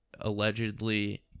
allegedly